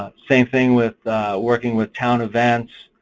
ah same thing with working with town events,